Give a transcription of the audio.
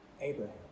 Abraham